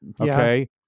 okay